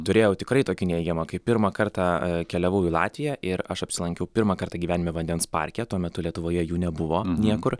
turėjau tikrai tokį neigiamą kai pirmą kartą keliavau į latviją ir aš apsilankiau pirmą kartą gyvenime vandens parke tuo metu lietuvoje jų nebuvo niekur